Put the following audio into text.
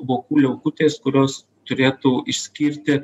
vokų liaukutės kurios turėtų išskirti